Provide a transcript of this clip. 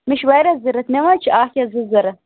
مےٚ چھِ واریاہ ضوٚرتھ مےٚ ما حظ چھِ اَکھ یا زٕ ضُوٚرتھ